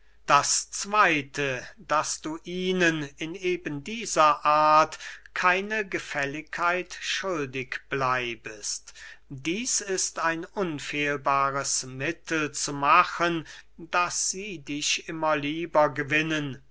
das zweyte daß du ihnen in eben dieser art keine gefälligkeit schuldig bleibest dieß ist ein unfehlbares mittel zu machen daß sie dich immer lieber gewinnen